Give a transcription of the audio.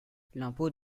l’impôt